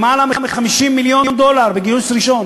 למעלה מ-50 מיליון דולר בגיוס ראשון.